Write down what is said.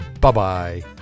Bye-bye